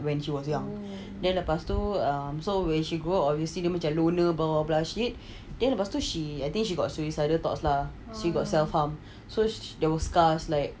when she was young then lepas tu when she grew up obviously dia macam loner bawa bloodshed rumah then lepas tu she I think she got suicidal thoughts lah she got self-harm so there were scars like